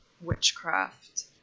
witchcraft